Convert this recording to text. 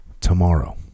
tomorrow